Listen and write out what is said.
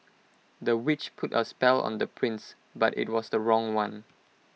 the witch put A spell on the prince but IT was the wrong one